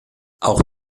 auch